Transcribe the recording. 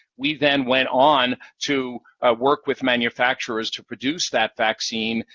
we then went on to work with manufacturers to produce that vaccine,